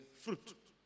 fruit